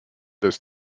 this